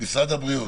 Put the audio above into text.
משרד הבריאות,